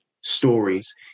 stories